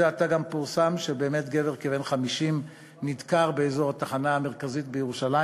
זה עתה גם פורסם שבאמת גבר כבן 50 נדקר באזור התחנה המרכזית בירושלים.